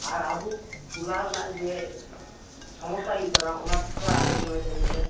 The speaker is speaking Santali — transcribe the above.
ᱟᱨ ᱟᱵᱚ ᱴᱚᱞᱟᱨᱮᱱᱟᱜ ᱡᱮ ᱥᱚᱢᱚᱥᱥᱟ ᱦᱩᱭᱩᱜ ᱠᱟᱱᱟ ᱚᱱᱟ ᱠᱚ ᱛᱷᱚᱲᱟ ᱟᱞᱳᱪᱚᱱᱟᱭ ᱛᱟᱵᱚᱱ ᱯᱮ